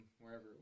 wherever